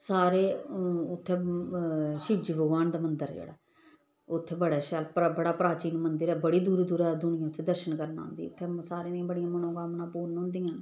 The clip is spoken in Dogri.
सारे उत्थै शिवजी भगवान दा मंदर ऐ जेह्ड़ा उत्थै बड़ा शैल बड़ा प्राचीन मंदर ऐ बड़ी दूरा दूरा दुनिया उत्थै दर्शन करन औंदी उत्थै सारें दियां बड़ियां मनोकामां पूर्ण होंदियां न